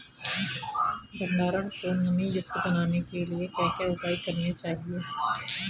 भंडारण को नमी युक्त बनाने के लिए क्या क्या उपाय करने चाहिए?